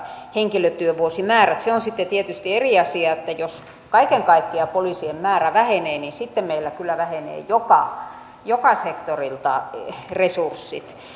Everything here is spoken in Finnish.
se on sitten tietysti eri asia jos kaiken kaikkiaan poliisien määrä vähenee sitten meillä kyllä vähenevät joka sektorilta resurssit